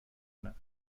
کنم